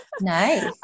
Nice